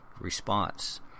response